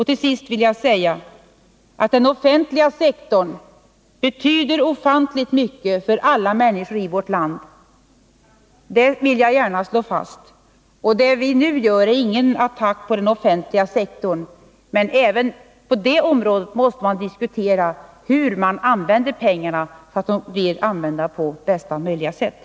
Till sist vill jag säga att den offentliga sektorn betyder ofantligt mycket för alla människor i vårt land. Det vill jag gärna slå fast. Vad vi nu gör innebär ingen attack mot den offentliga sektorn. Men även på det området måste man diskutera hur man skall använda pengarna för att de skall komma till bästa möjliga nytta.